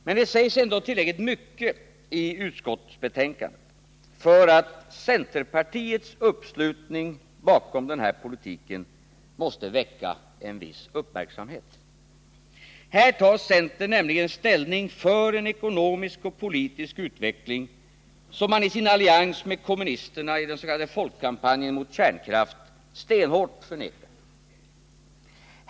Men det säjs ändå tillräckligt mycket i utskottsbetänkandet för att centerpartiets uppslutning bakom den här politiken måste väcka en viss uppmärksamhet. Här tar centern nämligen ställning för en ekonomisk och politisk utveckling som man i sin allians med kommunisterna i den s.k. folkkampanjen mot kärnkraft stenhårt förnekar.